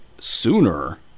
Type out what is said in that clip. Sooner